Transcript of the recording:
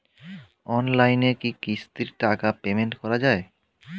অনলাইনে কি কিস্তির টাকা পেমেন্ট করা যায়?